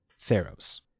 Theros